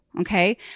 okay